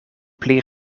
pli